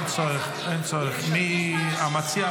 --- המציע,